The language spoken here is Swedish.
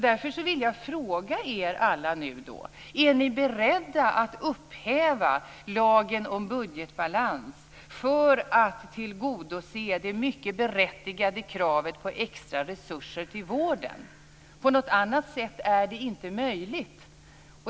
Därför vill jag fråga er alla nu: Är ni beredda att upphäva lagen om budgetbalans för att tillgodose det mycket berättigade kravet på extraresurser till vården? På något annat sätt är det inte möjligt.